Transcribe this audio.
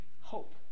hope